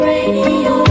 Radio